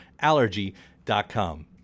allergy.com